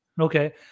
Okay